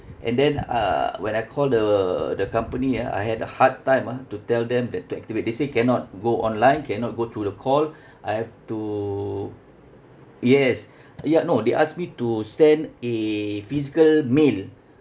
and then uh when I call the the company ah I had a hard time ah to tell them that to activate they say cannot go online cannot go through the call I have to yes ya no they ask me to send a physical mail